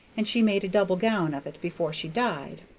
and she made a double-gown of it before she died.